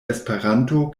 esperanto